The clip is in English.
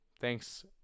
Thanks